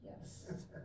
yes